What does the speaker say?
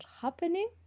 happening